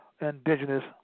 indigenous